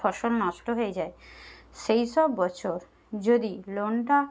ফসল নষ্ট হয়ে যায় সেই সব বছর যদি লোনটা